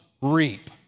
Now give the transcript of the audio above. reap